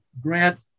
Grant